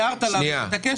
הערת לה והיא מתעקשת.